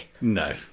No